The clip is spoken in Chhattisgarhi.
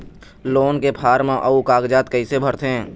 लोन के फार्म अऊ कागजात कइसे भरथें?